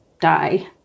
die